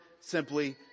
simply